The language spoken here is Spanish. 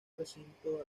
recinto